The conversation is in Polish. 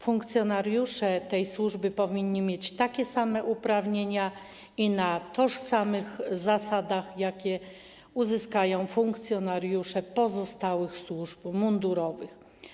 Funkcjonariusze tej służby powinni mieć takie same uprawnienia, na tożsamych zasadach, takich jakie uzyskają funkcjonariusze pozostałych służb mundurowych.